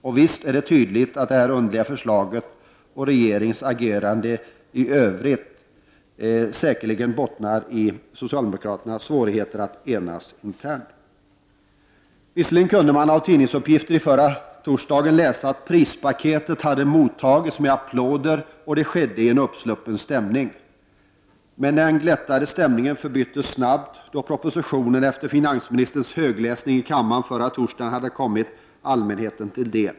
Och det är tydligt att det här underliga förslaget och regeringens agerande i övrigt säkerligen bottnar i socialdemokraternas svårigheter att enas internt. Man kunde visserligen i förra veckan se tidningsuppgifter om att prispaketet hade mottagits med applåder i en uppsluppen stämning. Men den glättade stämningen förbyttes snabbt då propositionen, efter finansministerns högläsning i kammaren förra torsdagen, hade kommit allmänheten till del.